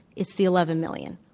it's the eleven million.